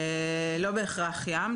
לא בהכרח ים.